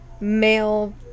male